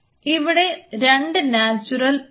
ഇവിടെ രണ്ട് നാച്ചുറൽ ഉണ്ട്